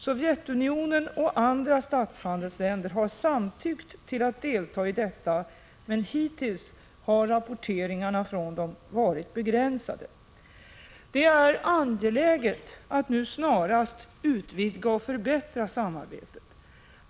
Sovjetunionen och andra statshandelsländer har samtyckt till att delta i detta, men hittills har rapporteringarna från dem varit begränsade. Det är angeläget att nu snarast utvidga och förbättra samarbetet.